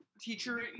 teacher